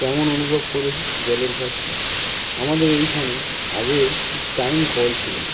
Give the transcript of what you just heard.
কেমন অনুভব করেছি জলের ঘাটতি আমাদের এইখানে আগে টাইম কল ছিল না